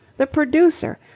the producer.